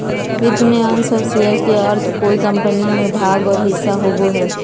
वित्त में अंश और शेयर के अर्थ कोय कम्पनी में भाग और हिस्सा होबो हइ